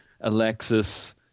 Alexis